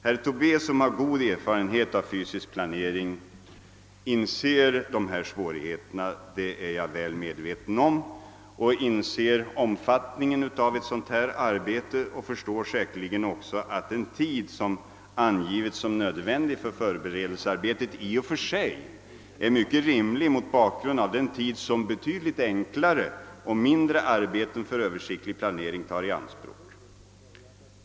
Herr Tobé, som har god erfarenhet av fysisk planering, inser dessa svårigheter -— det är jag väl medveten om — och inser omfattningen av sådant arbete. Han förstår säkert också att den tid som har angivits som nödvändig för förberedelsearbetet är mycket rimlig mot bakgrunden av den tid som betydligt enklare arbeten för översiktlig planering tar i anspråk.